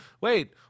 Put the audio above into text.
wait